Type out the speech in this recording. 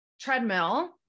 treadmill